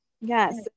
Yes